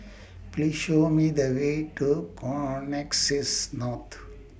Please Show Me The Way to Connexis naught